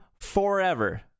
forever